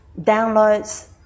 downloads